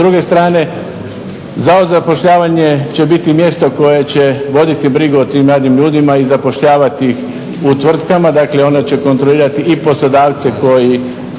S druge strane, Zavod za zapošljavanje će biti mjesto koje će voditi brigu o tim mladim ljudima i zapošljavati ih u tvrtkama, dakle ono će kontrolirati i poslodavce koji